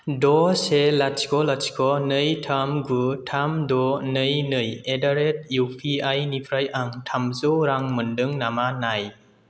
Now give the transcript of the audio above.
द' से लाथिख' लाथिख' नै थाम गु थाम द' नै नै एडारेट इउपिआइ निफ्राय आं थामजौ रां मोन्दों नामा नाय